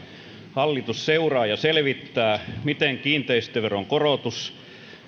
hallitus seuraa ja selvittää miten kiinteistöveron korotus